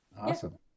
awesome